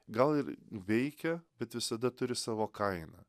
gal ir veikia bet visada turi savo kainą